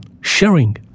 sharing